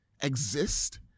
exist